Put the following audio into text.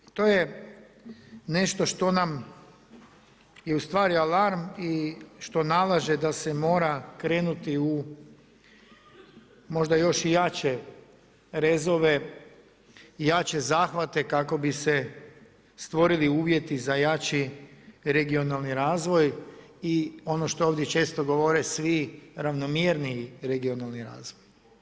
To je nešto što nam je ustvari alarm i što nalaže da se mora krenuti možda u još jače rezove i jače zahvate kako bi se stvorili uvjeti za jači regionalni razvoj i ono što ovdje često govore svi, ravnomjerniji regionalni razvoj.